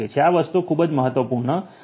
આ વસ્તુઓ ખૂબ જ મહત્વપૂર્ણ છે